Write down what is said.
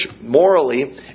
morally